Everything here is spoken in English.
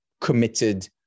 committed